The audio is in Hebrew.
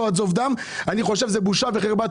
עד זוב דם - אני חושב שזאת בושה וחרפה,